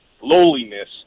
lowliness